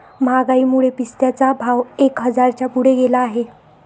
महागाईमुळे पिस्त्याचा भाव एक हजाराच्या पुढे गेला आहे